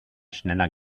schneller